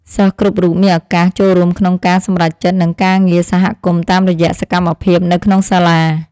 សិស្សគ្រប់រូបមានឱកាសចូលរួមក្នុងការសម្រេចចិត្តនិងការងារសហគមន៍តាមរយៈសកម្មភាពនៅក្នុងសាលា។